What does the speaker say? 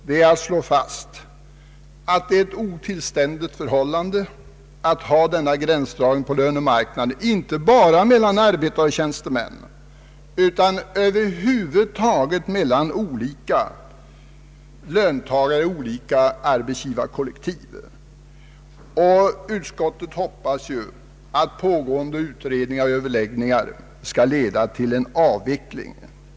Utskottet slår fast att det är otillständigt med denna gränsdragning på lönemarknaden, inte bara när det gäller förhållandet mellan arbetare och tjänstemän utan över huvud taget mellan olika löntagare i olika arbetsgivarkollektiv. Utskottet hoppas att pågående utredningar och överläggningar skall leda till en avveckling.